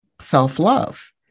self-love